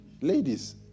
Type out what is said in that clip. Ladies